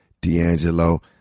D'Angelo